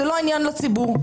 וזה לא עניין לציבור.